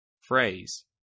Phrase